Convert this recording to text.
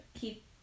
keep